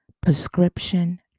prescription